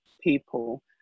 people